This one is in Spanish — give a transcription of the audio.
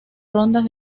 rondas